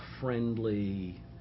friendly